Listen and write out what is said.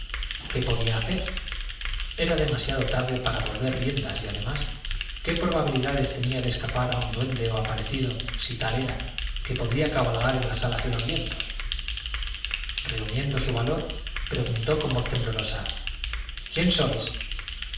qué podía hacer era demasiado tarde para volver riendas y además qué probabilidades tenía de escapar a un duende o aparecido si tal era que podría cabalgar en alas de los vientos reuniendo su valor preguntó con voz temblorosa quién sois